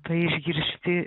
tai išgirsti